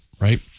right